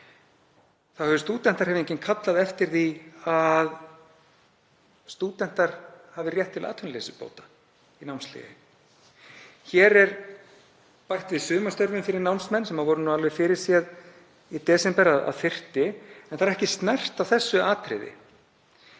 hefur stúdentahreyfingin kallað eftir því að stúdentar hafi rétt til atvinnuleysisbóta í námsleyfi. Hér er bætt við sumarstörfum fyrir námsmenn, sem var alveg fyrirséð í desember að þyrfti, en ekki er snert á þessu atriði.